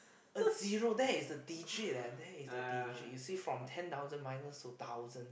a zero that is a digit leh that is a digit you see from ten thousand minus to thousand